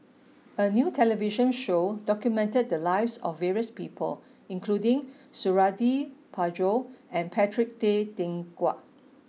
a new television show documented the lives of various people including Suradi Parjo and Patrick Tay Teck Guan